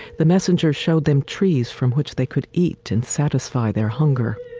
the messenger showed them trees from which they could eat and satisfy their hunger.